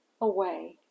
away